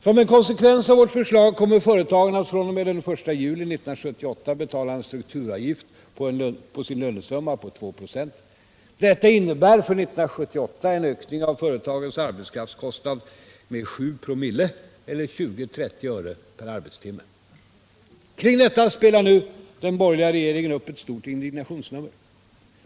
Som en konsekvens av våra förslag kommer företagen att fr.o.m. den 1 juli 1978 betala en strukturavgift på sin lönesumma på 2 946. Detta innebär för 1978 en höjning av företagens arbetskraftskostnad med 7 ?/oo eller 20-30 öre per arbetstimme. Kring detta spelar nu den borgerliga regeringen upp ett stort indignationsnummer.